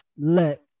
let